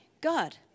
God